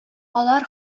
алар